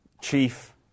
Chief